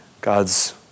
God's